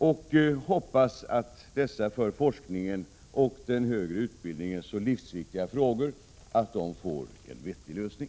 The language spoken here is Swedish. Jag hoppas att dessa för forskningen och den högre utbildningen så livsviktiga frågor får en vettig lösning.